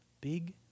big